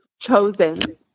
chosen